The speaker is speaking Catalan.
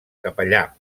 capellà